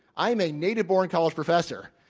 i am a native born college professor.